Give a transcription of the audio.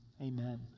amen